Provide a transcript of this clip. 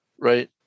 right